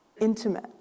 intimate